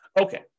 Okay